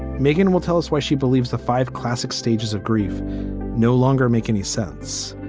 megan will tell us why she believes the five classic stages of grief no longer make any sense.